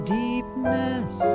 deepness